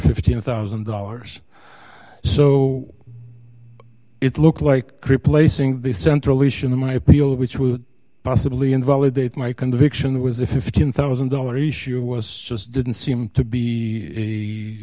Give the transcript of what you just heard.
fifteen thousand dollars so it looked like crip lazing the centralisation of my appeal which would possibly invalidate my conviction that was a fifteen thousand dollars issue was just didn't seem to be a